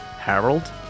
Harold